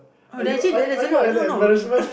oh actually there's a lot no no